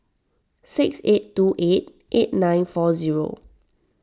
six eight two eight eight nine four zero